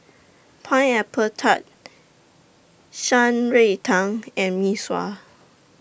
Pineapple Tart Shan Rui Tang and Mee Sua